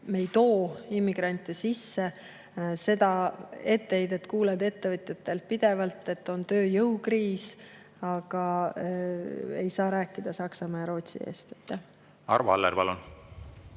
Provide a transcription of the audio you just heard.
Me ei too immigrante sisse. Seda etteheidet kuuleme ettevõtjatelt pidevalt, et meil on tööjõukriis. Aga ma ei saa rääkida Saksamaa ja Rootsi eest. Arvo Aller, palun!